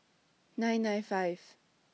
nine nine five